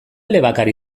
elebakar